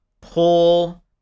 pull